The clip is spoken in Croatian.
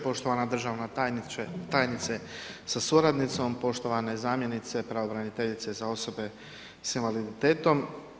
Poštovana državna tajnice sa suradnicom, poštovane zamjenice Pravobraniteljice za osobe s invaliditetom.